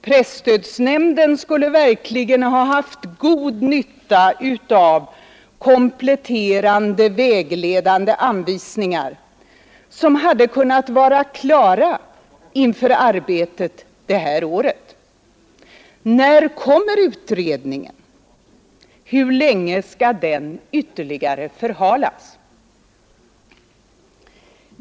Presstödsnämnden skulle verkligen ha haft god nytta av kompletterande vägledande anvisningar som hade kunnat vara klara inför arbetet detta år. När kommer utredningen? Hur länge skall den ytterligare förhalas?